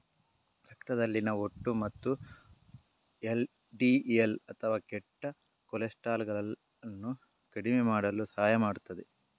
ರಕ್ತದಲ್ಲಿನ ಒಟ್ಟು ಮತ್ತು ಎಲ್.ಡಿ.ಎಲ್ ಅಥವಾ ಕೆಟ್ಟ ಕೊಲೆಸ್ಟ್ರಾಲ್ ಅನ್ನು ಕಡಿಮೆ ಮಾಡಲು ಸಹಾಯ ಮಾಡುತ್ತದೆ